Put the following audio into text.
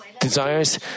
desires